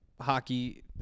hockey